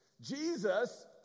Jesus